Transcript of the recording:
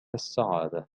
السعادة